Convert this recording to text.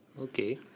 Okay